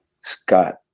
scott